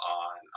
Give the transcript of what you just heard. on